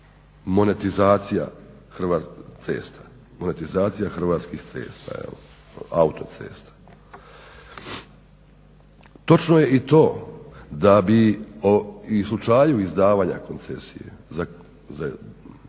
monetizacija hrvatskih cesta, autocesta. Točno je i to da bi u slučaju izdavanja koncesije za hrvatske